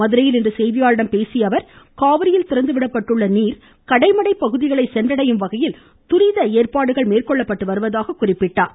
மதுரையில் இன்று செய்தியாளர்களிடம் பேசிய அவர் காவிரியில் திறந்து விடப்பட்டுள்ள நீர் கடைமடை பகுதியை சென்றடையும் வகையில் துரித ஏற்பாடுகள் மேற்கொள்ளப்பட்டு வருவதாக குறிப்பிட்டார்